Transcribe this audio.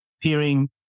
hearing